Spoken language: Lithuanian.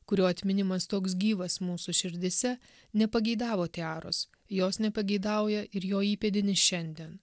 kurių atminimas toks gyvas mūsų širdyse nepageidavo tiaros jos nepageidauja ir jo įpėdinis šiandien